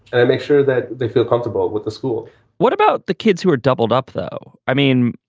and i make sure that they feel comfortable with the school what about the kids who are doubled up, though? i mean,